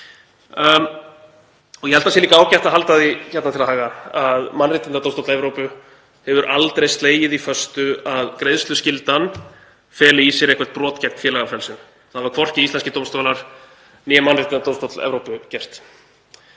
Ég held það sé líka ágætt að halda því til haga að Mannréttindadómstóll Evrópu hefur aldrei slegið því föstu að greiðsluskyldan feli í sér brot gegn félagafrelsi. Það hafa hvorki íslenskir dómstólar né Mannréttindadómstóll Evrópu gert.